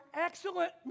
excellent